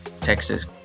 Texas